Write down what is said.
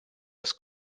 das